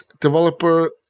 developer